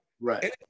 Right